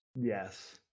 yes